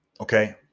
okay